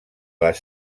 les